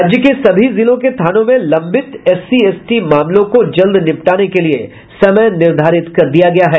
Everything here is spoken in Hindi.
राज्य के सभी जिलों के थानों में लंबित एससी एसटी के मामलों को जल्द निपटाने के लिये समय निर्धारित किया गया है